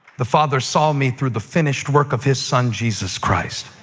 the father saw me through the finished work of his son jesus christ.